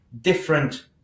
different